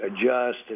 adjust